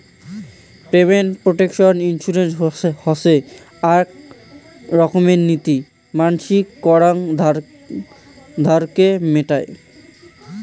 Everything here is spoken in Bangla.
পেমেন্ট প্রটেকশন ইন্সুরেন্স হসে আক রকমের নীতি মানসির করাং ধারকে মেটায়